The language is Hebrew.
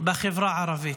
בחברה הערבית,